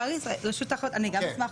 תום יערי, רשות התחרות, אני גם אשמח.